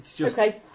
Okay